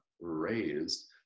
raised